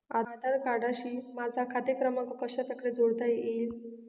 आधार कार्डशी माझा खाते क्रमांक कशाप्रकारे जोडता येईल?